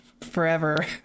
forever